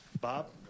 Bob